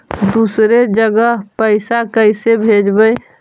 दुसरे जगह पैसा कैसे भेजबै?